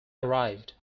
arrived